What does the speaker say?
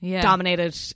dominated